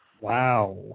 Wow